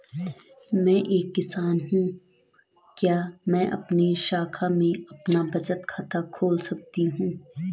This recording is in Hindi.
मैं एक किसान हूँ क्या मैं आपकी शाखा में अपना बचत खाता खोल सकती हूँ?